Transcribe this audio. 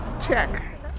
check